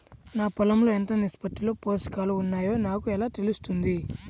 నా పొలం లో ఎంత నిష్పత్తిలో పోషకాలు వున్నాయో నాకు ఎలా తెలుస్తుంది?